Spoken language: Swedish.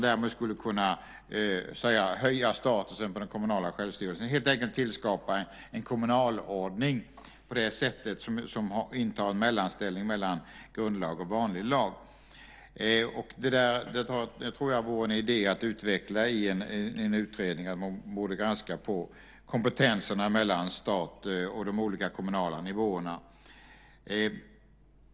Därmed skulle man kunna höja statusen på den kommunala självstyrelsen, helt enkelt tillskapa en kommunalordning som intar en mellanställning mellan en grundlag och en vanlig lag. Det tror jag vore en idé att utveckla i en utredning. Man borde granska kompetenserna mellan stat och de olika kommunala nivåerna.